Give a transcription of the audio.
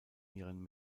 ihren